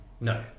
No